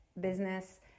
business